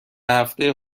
هفته